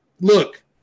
look